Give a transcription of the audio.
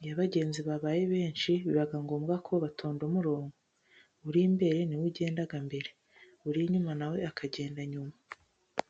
Iyo abagenzi babaye benshi, biba ngombwa ko batonda umurongo, uri imbere niwe ugenda mbere, uri inyuma na we akagenda nyuma.